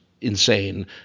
insane